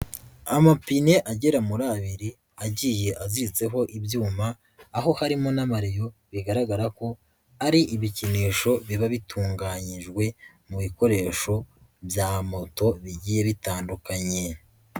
Amapine agera muri abiri agiye abiziritseho ibyuma, aho harimo n'amareyo, bigaragara ko ari ibikinisho biba bitunganyijwe mu bikoresho bya moto bigiye bitandukanye.